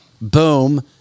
Boom